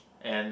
and